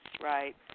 Right